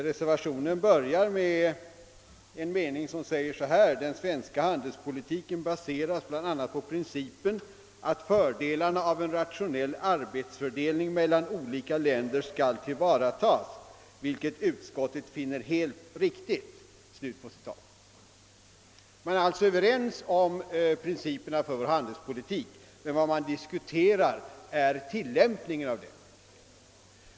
Reservationen börjar med följande mening: »Den svenska handelspolitiken baseras bl.a. på principen att fördelarna av en rationell arbetsfördelning mellan olika länder skall tillvaratas, vilket utskottet finner helt riktigt.» Man är alltså överens om principerna för vår handelspolitik men vad man diskuterar är tillämpningen av den.